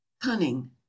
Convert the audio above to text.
Cunning